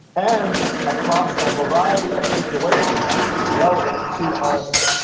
and across a variety of situations relevant to honesty.